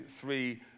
three